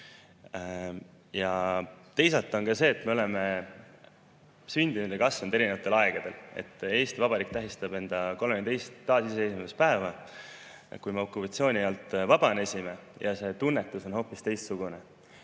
Teisalt on ka see, et me oleme sündinud ja kasvanud erinevatel aegadel. Eesti Vabariik tähistab enda 32. taasiseseisvumispäeva, kui me okupatsiooni alt vabanesime, ja see tunnetus on hoopis teistsugune.